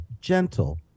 gentle